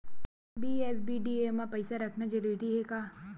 BSBDA मा पईसा रखना जरूरी हे का?